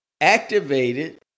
activated